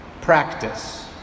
practice